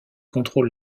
contrôle